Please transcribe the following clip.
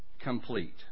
complete